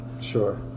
Sure